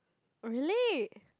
really